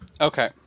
Okay